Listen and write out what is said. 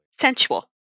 Sensual